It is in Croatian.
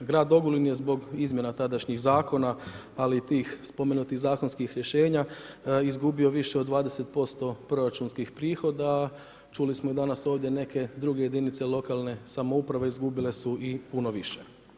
Grad Ogulin je zbog izmjena tadašnjih zakona ali i tih spomenutih zakonskih rješenja, izgubio više od 20% proračunskih prihoda, čuli smo danas ovdje neke druge jedinice lokalne samouprave izgubile su i puno više.